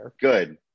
good